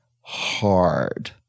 hard